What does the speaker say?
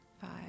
five